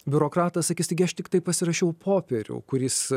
biurokratas sakys taigi aš tiktai pasirašiau popierių kuris